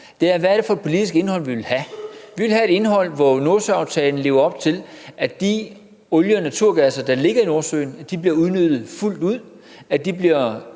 det her? Det er det politiske indhold, vi vil have. Vi vil have et indhold, hvor Nordsøaftalen lever op til, at den olie og naturgas, der ligger i Nordsøen, bliver udnyttet fuldt ud,